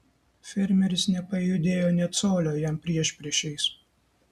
fermeris nepajudėjo nė colio jam priešpriešiais